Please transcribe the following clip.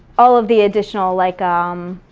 all of the additional like um